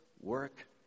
work